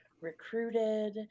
recruited